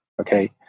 okay